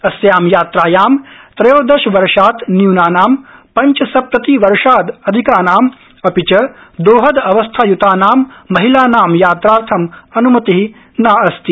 अस्यां यात्रायां त्रयोदशवर्षात् न्यूनानां पंचसप्तति वर्षाद् अधिकानाम् अपि च दोहद अवस्थाय्तानांमहिलानां यात्रार्थम् अन्मति नास्ति